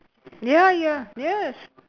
ya ya yes